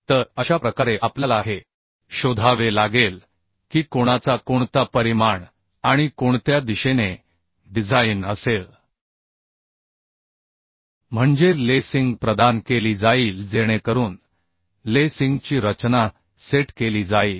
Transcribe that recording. तर अशा प्रकारे आपल्याला हे शोधावे लागेल की कोणाचा कोणता परिमाण आणि कोणत्या दिशेने डिझाइन असेल म्हणजे लेसिंग प्रदान केली जाईल जेणेकरून लेसिंगची रचना सेट केली जाईल